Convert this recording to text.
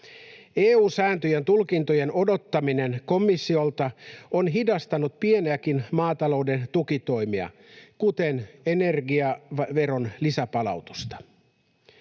EU-sääntöjen tulkintojen odottaminen komissiolta on hidastanut pieniäkin maatalouden tukitoimia, kuten energiaveron lisäpalautusta.